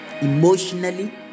emotionally